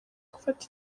gufata